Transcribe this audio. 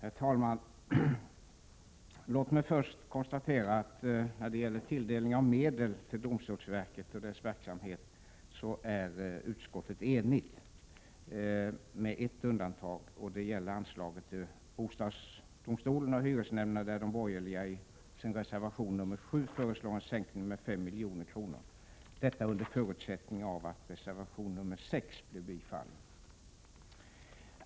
Herr talman! Låt mig först konstatera att när det gäller tilldelning av medel till domstolsverket och dess verksamhet är utskottet enigt, med ett undantag, och det gäller anslaget till bostadsdomstolen och hyresnämnderna där de borgerliga i sin reservation nr 7 föreslår en sänkning med 5 milj.kr., under förutsättning att reservation nr 6 blir bifallen.